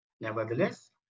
Nevertheless